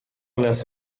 less